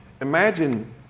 Imagine